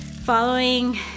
following